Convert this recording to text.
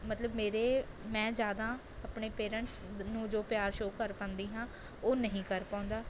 ਮਤਲਬ ਮੇਰੇ ਮੈਂ ਜ਼ਿਆਦਾ ਆਪਣੇ ਪੇਂਰੈਂਟਸ ਨੂੰ ਜੋ ਪਿਆਰ ਸ਼ੋਅ ਕਰ ਪਾਉਂਦੀ ਹਾਂ ਉਹ ਨਹੀਂ ਕਰ ਪਾਉਂਦਾ